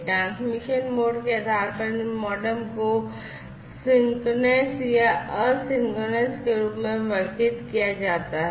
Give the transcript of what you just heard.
transmission mode के आधार पर इन मोडेम को सिंक्रोनस या एसिंक्रोनस के रूप में वर्गीकृत किया जाता है